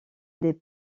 des